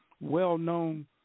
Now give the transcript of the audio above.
well-known